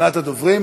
אחרונת הדוברים.